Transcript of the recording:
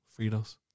Fritos